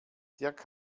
dirk